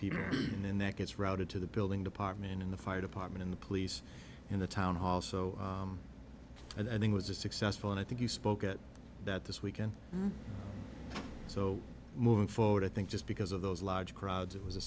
people and that gets routed to the building department in the fire department in the police in the town hall so i think was a successful and i think you spoke at that this weekend so moving forward i think just because of those large crowds it was a